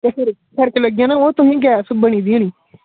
ते फर्क लग्गी जाना ओह् तुसेंगी गैस लग्गी दी होनी